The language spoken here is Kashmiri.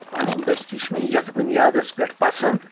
پَنٕنۍ بٔستی چھِ مےٚ ییٚتھ بُنیادَس پٮ۪ٹھ پَسنٛد